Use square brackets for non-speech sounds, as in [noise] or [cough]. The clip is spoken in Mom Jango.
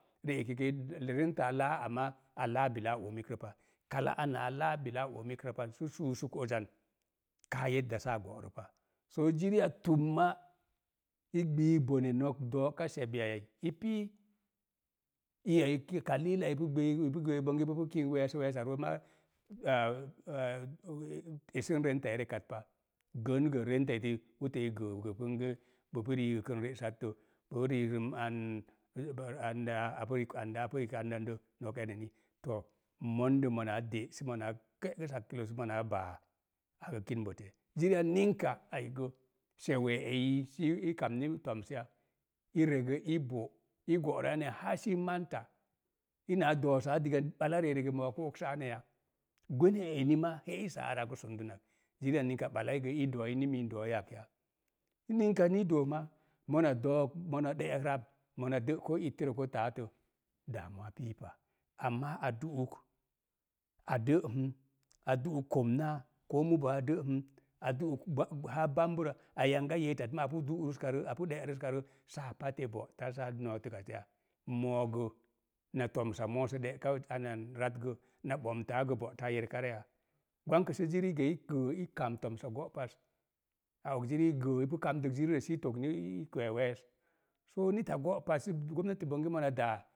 Ri'eki gə rentə a laa, amaa a laabilaa oomik rəpa [unintelligible] ana a laa bilaa oomik rə pan sə [unintelligible] ozan kaa [unintelligible] saa go'rəpa. Soo jiri a tumma i gbiik [unintelligible] nok dooka sebi ai i pii, iyai [unintelligible] i pu gbiik i pu geek bonge ipu kink weesə, weesa roos maa [hesitation] esən reuta i rekat pa. Gən gə rentati utə i gaa gə bonge bopu riikən re'sat tə, riikən an [hesitation] a pu yiko andə apu yikb anandə, nok anani, to mondə mona de’ sə mona ke'gəs hakkilo sə mona baa, akə kin. [unintelligible] Ziri a ninka ai gə sewiya ai yi i kamni toms ya, i regə i bo. i go'rə aneya, haa sii. [unintelligible] Ina doosaa diga bala ri'eri ga, mii kə oksə aneya. Gwenə a eni ma’ [unintelligible] araa kə sundən nak. Jiri ya ninka balai gə i doo ni mii dooi yak ya. Sə ninka nii dook ma, mona dook mona de'ek rab, mona də ko ittərə koo taatə, [unintelligible] piipa, amaa a du'uk, a də'm, a du'uk komnaa, koo mubo a də'm, a du'uk haa bambərə, yanga yee tat ma apu du'ruskarə, apu de'rəs karə. Saa pate bota saa nootək at ya. Moogə, na tomsa moosə de'ka anan rat gə, na ɓomtaa gə, bo'ta a yerək areya. Gwankə sə jiri ga i gəə i kam tomsa go'pas. A og jirii gə i pu kamdək jirirə sii togmi i kwee wees. Soo nita go'pat, gomnati bonge mona daa.